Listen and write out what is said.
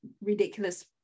ridiculous